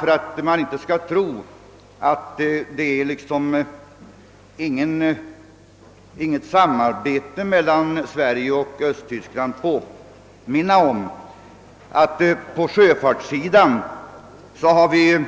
För att man inte skall tro att något samarbete inte äger rum mellan Sverige och Östtyskland vill jag påminna om att vi på sjöfartssidan har